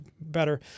better